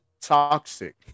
toxic